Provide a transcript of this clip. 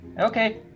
Okay